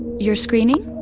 your screening?